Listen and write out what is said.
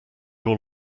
all